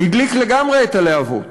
הדליק לגמרי את הלהבות.